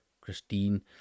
Christine